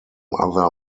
other